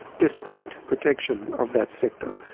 despite protection of that sector.